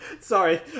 Sorry